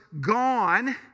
gone